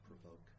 provoke